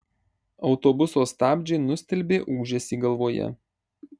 autobuso stabdžiai nustelbė ūžesį galvoje